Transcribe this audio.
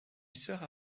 sera